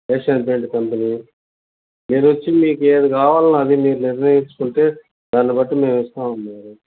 Asian paint company మీరు వచ్చి మీకు ఏది కావాలో అది మీరు నిర్ణయించుకుంటే దాన్నిబట్టి మేము ఇస్తాము అమ్మగారు